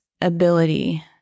ability